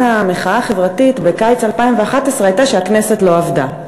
החברתית בקיץ 2011 היה שהכנסת לא עבדה,